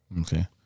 Okay